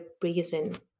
breathing